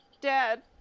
Dad